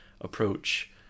approach